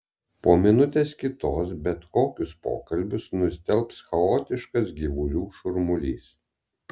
po minutės kitos bet kokius pokalbius nustelbs chaotiškas gyvulių šurmulys